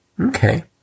okay